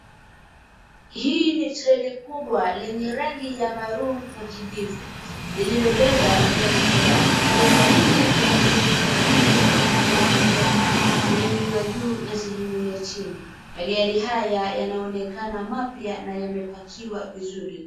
Hii ni treli kubwa yenye rangi ya maroon na kijivu lililobeba magari kadhaa. Treli hili lina sehemu mbili za kubebea magari, sehemu ya juu na sehemu ya chini. Magari haya yanaonekana mapya na yamepakiwa vizuri.